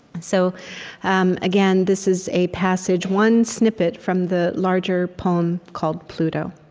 so um again, this is a passage one snippet from the larger poem called pluto.